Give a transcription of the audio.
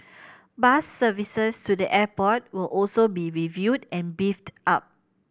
bus services to the airport will also be reviewed and beefed up